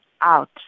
out